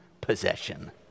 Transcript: possession